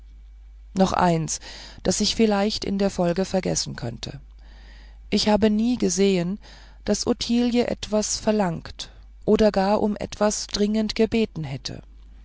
noch eins das ich vielleicht in der folge vergessen könnte ich habe nie gesehen daß ottilie etwas verlangt oder gar um etwas dringend gebeten hätte